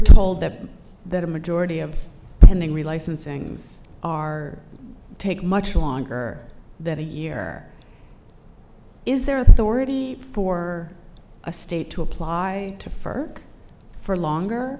told that that a majority of pending relicensing are take much longer than a year is there authority for a state to apply to for for longer